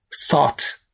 thought